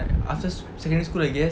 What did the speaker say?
after secondary school I guess